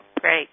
Great